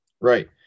Right